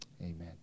Amen